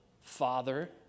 father